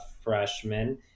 freshman